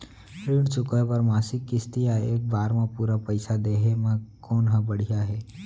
ऋण चुकोय बर मासिक किस्ती या एक बार म पूरा पइसा देहे म कोन ह बढ़िया हे?